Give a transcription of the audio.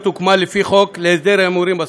הוקמה לפי חוק להסדר ההימורים בספורט.